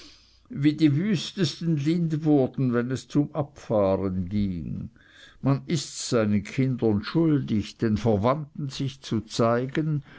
wie die wüstesten lind wurden wenn es zum abfahren ging man ists seinen kindern schuldig den verwandten sich zu zeigen